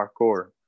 parkour